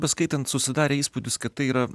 beskaitant susidarė įspūdis kad tai yra